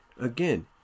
again